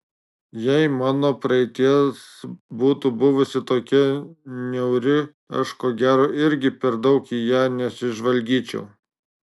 jei mano praeitis būtų buvusi tokia niauri aš ko gero irgi per daug į ją nesižvalgyčiau